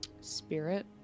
spirit